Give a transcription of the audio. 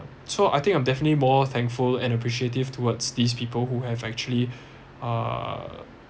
so I think I'm definitely more thankful and appreciative towards these people who have actually uh